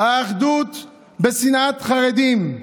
אחדות בשנאת חרדים.